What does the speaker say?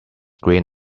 green